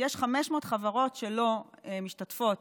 500. יש 500 חברות שלא משתתפות